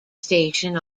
station